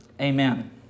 Amen